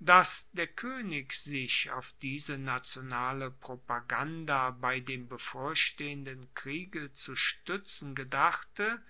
dass der koenig sich auf diese nationale propaganda bei dem bevorstehenden kriege zu stuetzen gedachte